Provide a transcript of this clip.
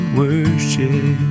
worship